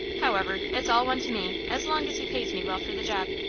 however, it's all one to me, as long as he pays me well for the job.